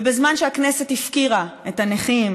ובזמן שהכנסת הפקירה את הנכים,